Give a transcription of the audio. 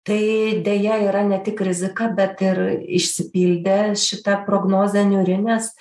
tai deja yra ne tik rizika bet ir išsipildė šita prognozė niūri nes